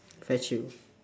fetch you